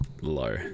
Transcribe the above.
low